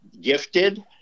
gifted